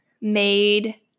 Made